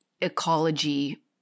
ecology